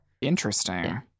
Interesting